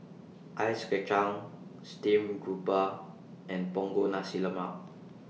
Ice Kachang Steamed Garoupa and Punggol Nasi Lemak